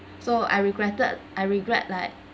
so I regretted I regret like